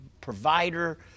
provider